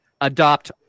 adopt